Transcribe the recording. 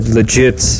legit